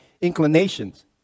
inclinations